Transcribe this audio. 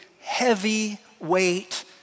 heavyweight